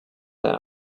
their